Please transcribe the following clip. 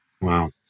Wow